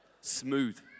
Smooth